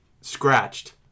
scratched